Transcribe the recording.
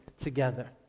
together